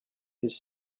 his